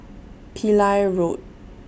Pillai Road